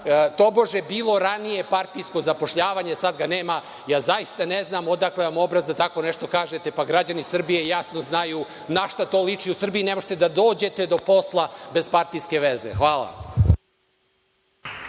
tobože bilo ranije partijsko zapošljavanje, sad ga nema. Ja zaista ne znam odakle vam obraz da tako nešto kažete, pa građani Srbije jasno znaju našta to liči. U Srbiji ne možete da dođete do posla bez partijske veze. Hvala.